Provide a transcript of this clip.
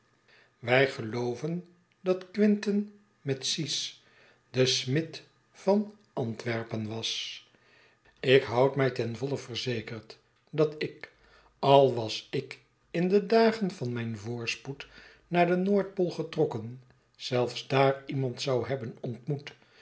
wij gelooven dat quentin metsys de smid van antwerpen was ik houd mij ten voile verzekerd dat ik al was ik in de dagen van mijn voorspoed naar de noordpool getrokken zelfs daar iemand zou hebben ontmoet